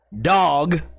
dog